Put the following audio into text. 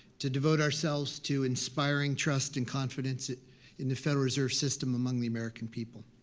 to devote ourselves to inspiring trust and confidence in the federal reserve system among the american people.